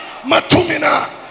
Matumina